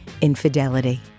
Infidelity